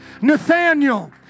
Nathaniel